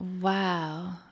Wow